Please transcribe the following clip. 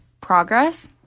progress